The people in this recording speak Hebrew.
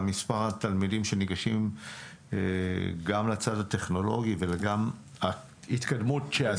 גם מספר התלמידים שניגשים לצד הטכנולוגי וגם ההתקדמות שנעשתה.